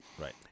Right